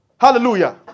Hallelujah